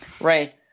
Right